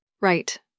Right